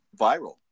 viral